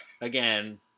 Again